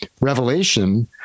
revelation